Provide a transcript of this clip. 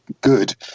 good